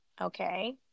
okay